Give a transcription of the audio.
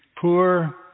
Poor